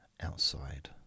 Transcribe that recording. outside